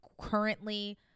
currently